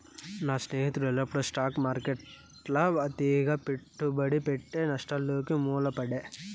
నా స్నేహితుడు ఎల్లప్పుడూ స్టాక్ మార్కెట్ల అతిగా పెట్టుబడి పెట్టె, నష్టాలొచ్చి మూల పడే